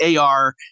AR